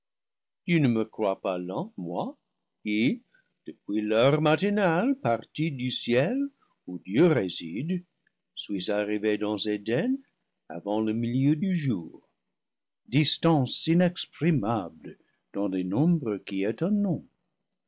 tu ne me crois pas lent moi qui depuis l'heure matinale parti du ciel où dieu réside suis arrivé dans eden avant le milieu du jour distance inexprimable dans des nombres qui aient un nom